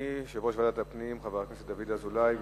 אדוני יושב-ראש ועדת הפנים חבר הכנסת דוד אזולאי.